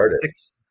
six